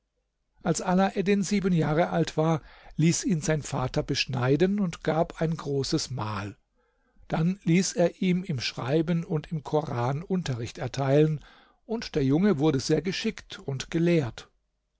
als ala eddin sieben jahre alt war ließ ihn sein vater beschneiden und gab ein großes mahl dann ließ er ihm im schreiben und im koran unterricht erteilen und der junge wurde sehr geschickt und gelehrt